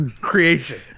creation